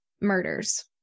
murders